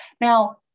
Now